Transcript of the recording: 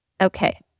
Okay